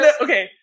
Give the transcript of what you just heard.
Okay